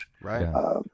right